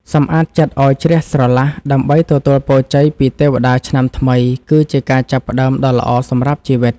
សម្អាតចិត្តឱ្យជ្រះស្រឡះដើម្បីទទួលពរជ័យពីទេវតាឆ្នាំថ្មីគឺជាការចាប់ផ្តើមដ៏ល្អសម្រាប់ជីវិត។